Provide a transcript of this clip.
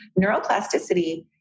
neuroplasticity